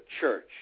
church